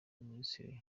ministre